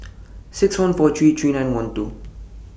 six one four three three nine one two